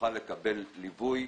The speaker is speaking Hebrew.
יוכל לקבל ליווי